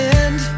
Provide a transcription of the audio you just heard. end